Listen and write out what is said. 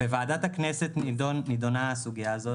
הסוגיה הזו